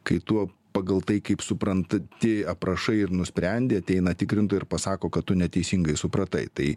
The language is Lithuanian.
kai tuo pagal tai kaip suprantu tie aprašai ir nusprendė ateina tikrintojai ir pasako kad tu neteisingai supratai tai